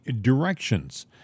directions